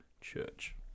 Church